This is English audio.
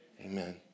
Amen